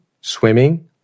swimming